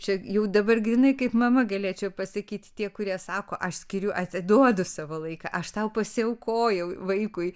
čia jau dabar grynai kaip mama galėčiau pasakyti tie kurie sako aš skiriu atiduodu savo laiką aš tau pasiaukojau vaikui